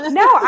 no